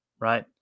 right